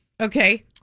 okay